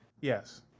Yes